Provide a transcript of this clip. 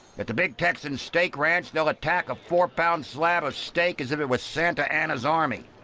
at the big texan steak ranch, they'll attack a four lb slab of steak as if it was santa anna's army.